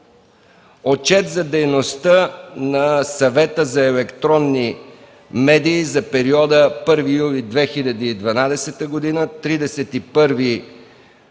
Отчет за дейността на Съвета за електронни медии за периода 1 юли 2012 г. – 31